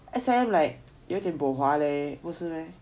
S_I_M like 有一点 bo hua leh 不是 meh